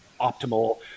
optimal